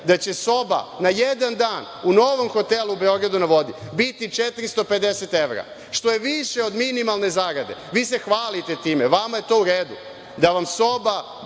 da će soba na jedan dan u novom hotelu u Beogradu na vodi biti 450 evra, što je više od minimalne zarade. Vi se hvalite time, vama je to u redu da vam soba